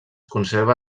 conserva